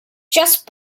just